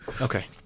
Okay